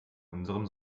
unserem